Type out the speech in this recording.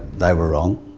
they were wrong,